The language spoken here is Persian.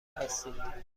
هستید